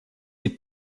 die